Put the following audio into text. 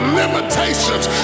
limitations